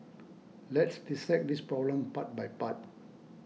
let's dissect this problem part by part